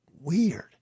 weird